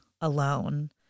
alone